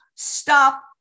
Stop